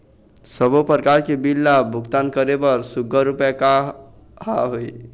सबों प्रकार के बिल ला भुगतान करे बर सुघ्घर उपाय का हा वे?